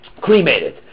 cremated